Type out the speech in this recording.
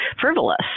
frivolous